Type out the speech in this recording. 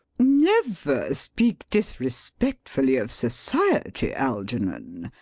never speak disrespectfully of society, algernon.